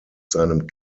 seinem